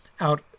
out